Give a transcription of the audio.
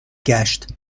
گشت